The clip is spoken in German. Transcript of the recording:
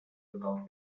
gebaut